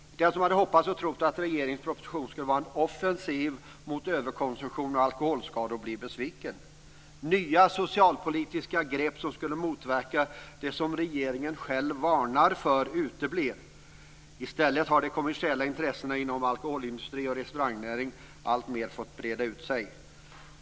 Den som hade hoppats och trott att regeringens proposition skulle vara en offensiv mot överkonsumtion och alkoholskador blir besviken. Nya socialpolitiska grepp som skulle motverka det som regeringen själv varnar för uteblev. I stället har de kommersiella intressena inom alkoholindustri och restaurangnäring alltmer fått breda ut sig.